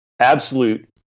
absolute